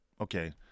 okay